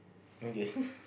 okay